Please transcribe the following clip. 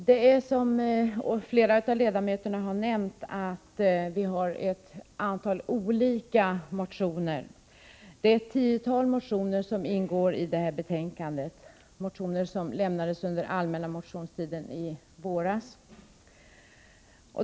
Fru talman! Som flera av ledamöterna har nämnt finns ett tiotal motioner av skilda slag fogade till detta betänkande. Det är motioner som väcktes under den allmänna motionstiden i våras.